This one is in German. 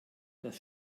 das